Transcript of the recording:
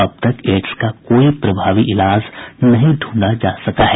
अब तक एड्स का कोई प्रभावी इलाज नहीं ढूंढा जा सका है